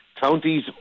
counties